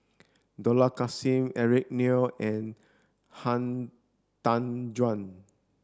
Dollah Kassim Eric Neo and Han Tan Juan